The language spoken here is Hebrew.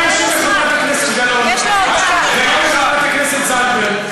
אני אשיב לחברת הכנסת גלאון ולחברת הכנסת זנדברג.